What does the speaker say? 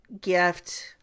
gift